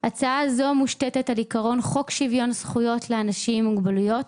הצעה זו מושתתת על עיקרון חוק שוויון זכויות לאנשים עם מוגבלויות,